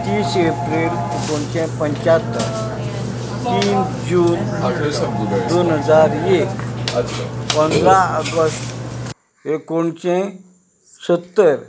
तीस एप्रील एकोणीशे पंच्यात्तर तीन जून दोन हजार एक पंदरा ऑगस्ट एकोणीशें सत्तर